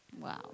Wow